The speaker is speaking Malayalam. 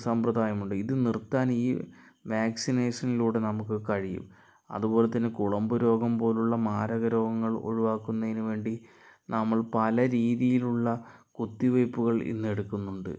സമ്പ്രദായമുണ്ട് ഇത് നിർത്താൻ ഈ വാക്സിനേഷനിലൂടെ നമുക്ക് കഴിയും അതുപോല തന്നെ കുളമ്പു രോഗം പോലുള്ള മാരക രോഗങ്ങൾ ഒഴിവാക്കുന്നതിനു വേണ്ടി നമ്മൾ പല രീതിയിലുള്ള കുത്തിവെപ്പുകൾ ഇന്നെടുക്കുന്നുണ്ട്